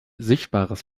sichtbares